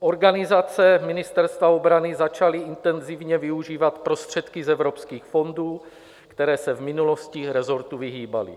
Organizace Ministerstva obrany začaly intenzivně využívat prostředky z evropských fondů, které se v minulosti resortu vyhýbaly.